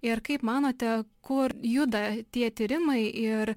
ir kaip manote kur juda tie tyrimai ir